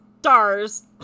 stars